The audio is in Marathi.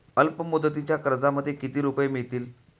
अल्पमुदतीच्या कर्जामध्ये किती रुपये मिळतील?